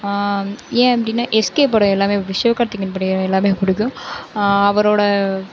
ஏன் அப்படின்னா எஸ்கே படம் எல்லாமே சிவகார்த்திகேயன் படம் எல்லாமே பிடிக்கும் அவரோடய